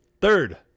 Third